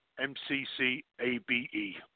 M-C-C-A-B-E